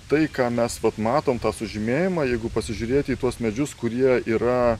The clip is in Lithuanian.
tai ką mes matom tą sužymėjimą jeigu pasižiūrėti į tuos medžius kurie yra